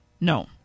No